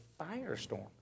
firestorm